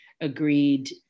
agreed